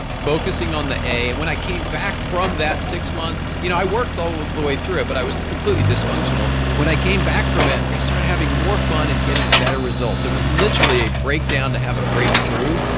focusing on the a. and when i came back from that six months, you know, i worked all the way through it but i was completely dysfunctional. when i came back from it i started having more fun and getting better results. it was literally a breakdown to have a breakthrough.